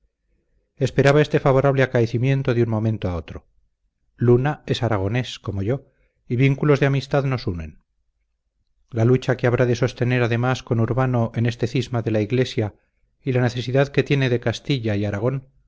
esperaba este favorable acaecimiento de un momento a otro luna es aragonés como yo y vínculos de amistad nos unen la lucha que habrá de sostener además con urbano en este cisma de la iglesia y la necesidad que tiene de castilla y aragón